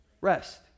rest